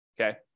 okay